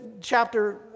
chapter